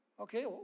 okay